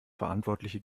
verantwortliche